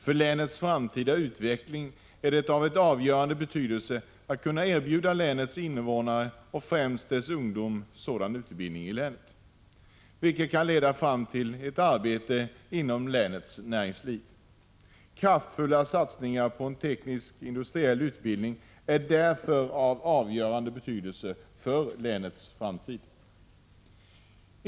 För länets framtida utveckling är det av avgörande betydelse att kunna erbjuda länets invånare och främst dess ungdomar sådan utbildning i länet, vilken kan leda fram till ett arbete inom länets näringsliv. Kraftfulla satsningar på en teknisk-industriell utbildning är därför av avgörande betydelse för länets framtid.